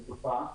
האחד,